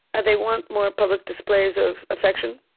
they want more public displays of affection.